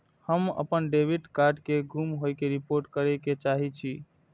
हम अपन debit card के गुम होय के रिपोर्ट करे के चाहि छी